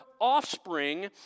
offspring